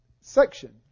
section